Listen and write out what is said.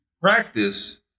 practice